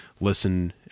listen